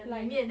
like